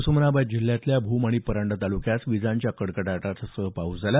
उस्मानाबाद जिल्ह्यातल्या भूम आणि परंडा या तालुक्यात विजांच्या कडकडाटासह पाऊस झाला